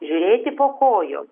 žiūrėti po kojų